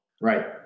Right